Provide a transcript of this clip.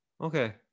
Okay